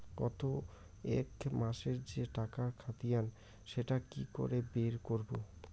গত এক মাসের যে টাকার খতিয়ান সেটা কি করে বের করব?